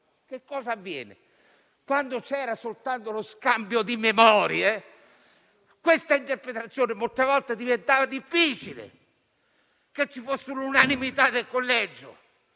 Che cosa avviene? Quando c'era soltanto lo scambio di memorie, su questa interpretazione molte volte diventava difficile che ci fosse l'unanimità del collegio.